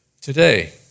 Today